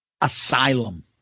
Asylum